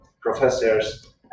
professors